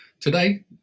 Today